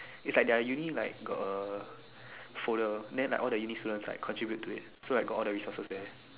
is like their uni like got a folder then like all the uni students like contribute to it so I got all the resources there